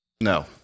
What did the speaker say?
No